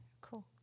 cool